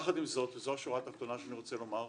יחד עם זאת, וזו השורה התחתונה שאני רוצה לומר,